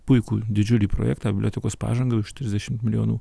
puikų didžiulį projektą bibliotekos pažangai už trisdešimt milijonų